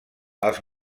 els